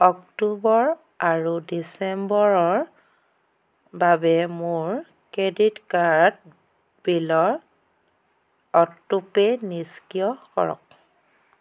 অক্টোবৰ আৰু ডিচেম্বৰৰ বাবে মোৰ ক্ৰেডিট কাৰ্ড বিলৰ অটোপে' নিষ্ক্ৰিয় কৰক